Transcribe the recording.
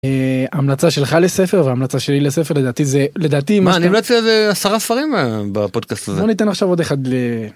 המלצה שלך לספר והמלצה שלי לספר לדעתי זה, לדעתי מה... - אני המלצתי על איזה עשרה ספרים בפודקאסט הזה - בוא ניתן עכשיו עוד אחד.